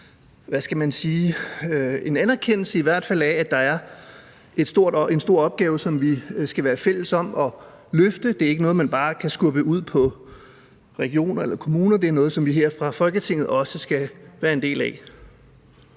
anerkendelse af, at der er en stor opgave, som vi skal være fælles om at løfte. Det er ikke noget, man bare kan skubbe ud på regioner eller kommuner. Det er noget, som vi her i Folketinget også skal være en del af.